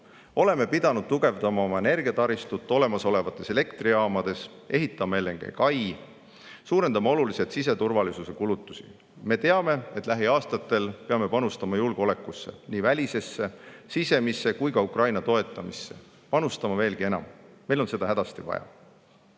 Oleme pidanud tugevdama oma energiataristut olemasolevates elektrijaamades, ehitama LNG-kai, suurendama oluliselt siseturvalisuse kulutusi. Me teame, et lähiaastatel peame julgeolekusse, nii välisesse, sisemisse kui ka Ukraina toetamisse, panustama veelgi enam. Meil on seda hädasti vaja.2023.